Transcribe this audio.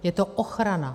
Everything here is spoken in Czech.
Je to ochrana.